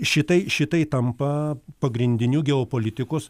šitai šitai tampa pagrindiniu geopolitikos